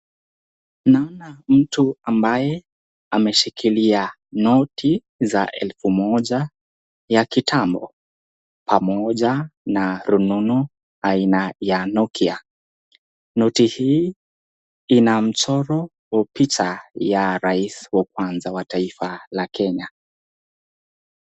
Naona mtu ambaye ameshikilia noti za elfu moja ya kitambo pamoja na rununu aina ya nokia. Noti hii inamchoro wa picha ya rais wa kwanza wa taifa ya kenya.